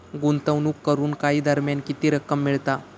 गुंतवणूक करून काही दरम्यान किती रक्कम मिळता?